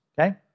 okay